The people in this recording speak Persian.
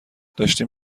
داشتیم